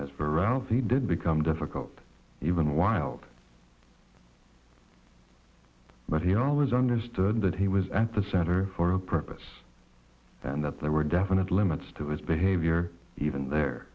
as for rounds he did become difficult even wild but he always understood that he was at the center for a purpose and that there were definite limits to his behavior even there